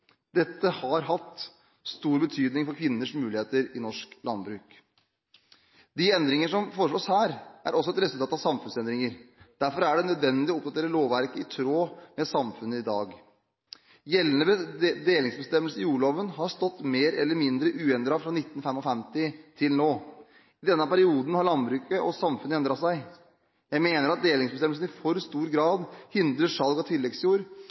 Dette har hatt stor betydning for kvinners muligheter i norsk landbruk. De endringer som foreslås her, er også et resultat av samfunnsendringer. Derfor er det nødvendig å oppdatere lovverket i tråd med samfunnet i dag. Gjeldende delingsbestemmelser i jordloven har stått mer eller mindre uendret fra 1955 og fram til nå. I denne perioden har landbruket og samfunnet endret seg. Jeg mener at delingsbestemmelsen i for stor grad hindrer salg av tilleggsjord